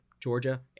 Georgia